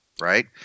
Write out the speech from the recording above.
right